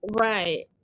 Right